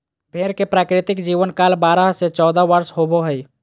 भेड़ के प्राकृतिक जीवन काल बारह से चौदह वर्ष होबो हइ